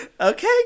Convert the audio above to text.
Okay